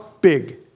big